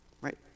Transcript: Right